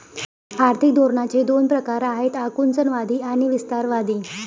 आर्थिक धोरणांचे दोन प्रकार आहेत आकुंचनवादी आणि विस्तारवादी